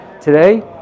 today